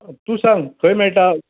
तूं सांग खंय मेळटा